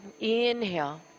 Inhale